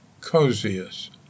coziest